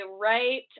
right